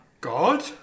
God